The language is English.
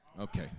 Okay